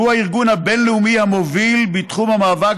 שהוא הארגון הבין-לאומי המוביל בתחום המאבק